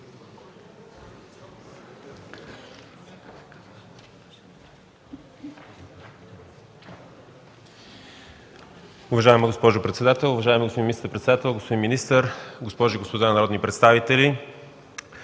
Уважаема госпожо председател, уважаеми господин министър-председател, господин министър, госпожи и господа народни представители!